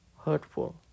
hurtful